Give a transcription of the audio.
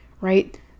right